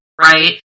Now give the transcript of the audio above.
right